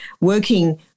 working